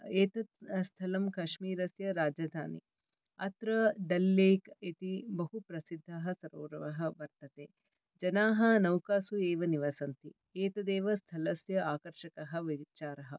एतत् स्थलं काश्मीरस्य राजधानी अत्र दल् लेक् इति बहु प्रसिद्धः सरोवरः वर्तते जनाः नौकासु एव निवसन्ति एतदेव स्थलस्य आकर्षकः विचारः